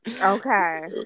Okay